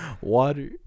water